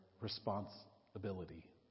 responsibility